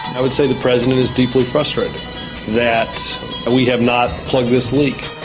i would say the president is deeply frustrated that we have not plugged this leak.